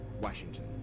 Washington